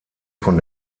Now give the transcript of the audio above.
von